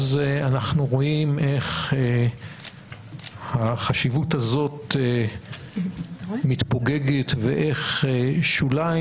אז אנחנו רואים איך החשיבות הזאת מתפוגגת ואיך שוליים